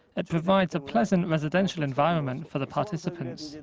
it provides a pleasant residential environment for the participants.